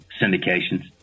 syndications